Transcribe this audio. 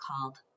called